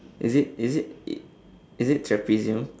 is it is it i~ is it trapezium